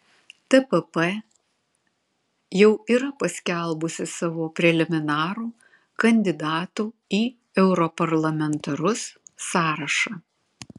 tpp jau yra paskelbusi savo preliminarų kandidatų į europarlamentarus sąrašą